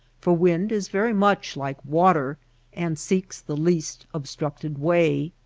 for wind is very much like water and seeks the least obstructed way.